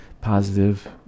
positive